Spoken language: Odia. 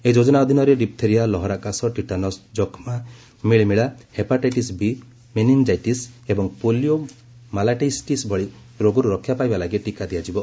ଏହି ଯୋଜନା ଅଧୀନରେ ଡିପ୍ଥେରିଆ ଲହରା କାଶ ଟିଟାନସ୍ ଯକ୍ଷ୍ମା ମିଳିମିଳା ହେପାଟାଇଟିସ୍ ବି ମିନିଙ୍ଗ୍ଜିଟିସ୍ ଏବଂ ପୋଲିଓମାଇଲିଟିସ୍ ଭଳି ରୋଗରୁ ରକ୍ଷା ପାଇବା ଲାଗି ଟୀକା ଦିଆଯିବ